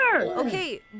Okay